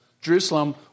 Jerusalem